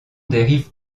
dérive